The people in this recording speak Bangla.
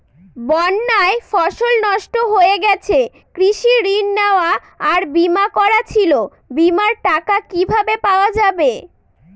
বন্যায় ফসল নষ্ট হয়ে গেছে কৃষি ঋণ নেওয়া আর বিমা করা ছিল বিমার টাকা কিভাবে পাওয়া যাবে?